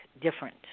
different